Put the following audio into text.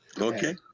Okay